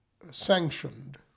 sanctioned